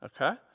Okay